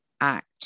Act